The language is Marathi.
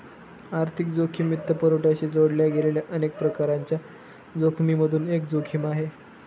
आर्थिक जोखिम वित्तपुरवठ्याशी जोडल्या गेलेल्या अनेक प्रकारांच्या जोखिमिमधून एक जोखिम आहे